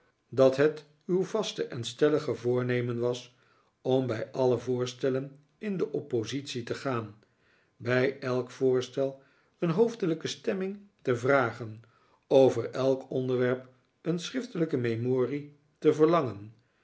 dat het uw vaste en stellige voornemen was om bij alle voorstellen in de oppositie te gaan bij elk voorstel een hoofdelijke stemming te vragen over elk onderwerp een schriftelijke memorie te verlangen